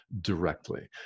directly